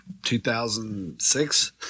2006